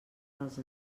dels